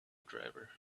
driver